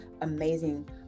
amazing